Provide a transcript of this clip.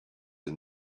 and